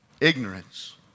ignorance